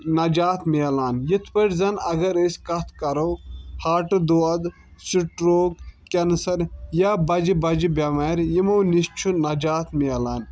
نجات میلان یِتھ پٲٹھۍ زن اگر أسۍ کَتھ کرو ہاٹہٕ دود سٹروک کینسر یا بجہِ بجہِ بٮ۪مارِ یِمو نِش چھُ نجات میلان